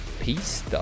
Peace